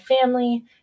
family